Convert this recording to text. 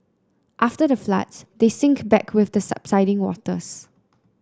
after the floods they sink back with the subsiding waters